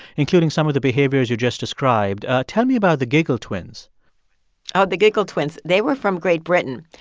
including some of the behaviors you just described. tell me about the giggle twins oh, the giggle twins. they were from great britain.